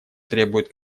требует